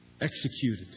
executed